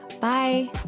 Bye